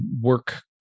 work